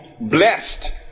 blessed